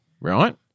right